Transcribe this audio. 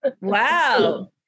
Wow